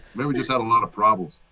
know. we just had a lot of problems.